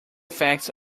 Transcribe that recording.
effects